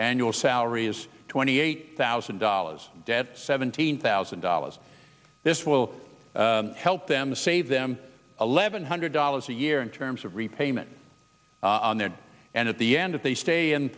annual salary is twenty eight thousand dollars debt seventeen thousand dollars this will help them save them eleven hundred dollars a year in terms of repayment on there and at the end if they stay in